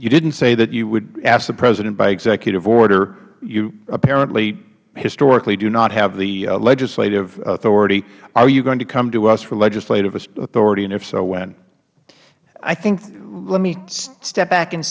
you didnt say that you would ask the president by executive order you apparently historically do not have the legislative authority are you going to come to us for legislative authority and if so when mister werfel i think let me step back and